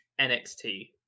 NXT